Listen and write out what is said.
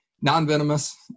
non-venomous